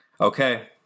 Okay